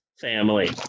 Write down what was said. family